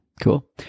Cool